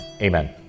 Amen